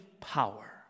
power